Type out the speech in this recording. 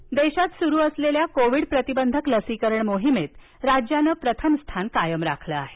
लसीकरण देशात सुरु असलेल्या कोविड प्रतिबंधक लसीकरण मोहिमेत राज्यानं प्रथम स्थान राखलं आहे